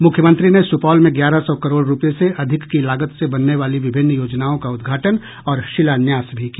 मुख्यमंत्री ने सुपौल में ग्यारह सौ करोड़ रुपये से अधिक की लागत से बनने वाली विभिन्न योजनाओं का उद्घाटन और शिलान्यास भी किया